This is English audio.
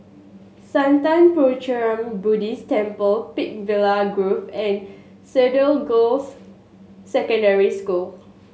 Sattha Puchaniyaram Buddhist Temple Peakville Grove and Cedar Girls' Secondary School